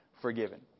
forgiven